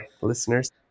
listeners